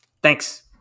Thanks